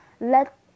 let